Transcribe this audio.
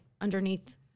underneath